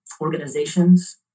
organizations